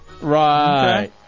Right